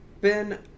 Ben